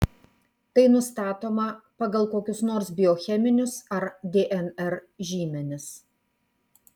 tai nustatoma pagal kokius nors biocheminius ar dnr žymenis